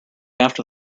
after